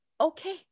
okay